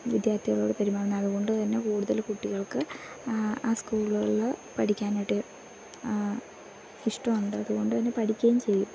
വിദ്യാർത്ഥികളോട് പെരുമാറുന്നത് അതു കൊണ്ട് തന്നെ കൂടുതൽ കുട്ടികൾക്ക് ആ സ്കൂളുകളിൽ പഠിക്കാനായിട്ട് ഇഷ്ടമുണ്ട് അതു കൊണ്ടു തന്നെ പഠിക്കുകയും ചെയ്യും